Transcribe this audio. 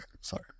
sorry